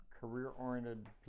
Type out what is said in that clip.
career-oriented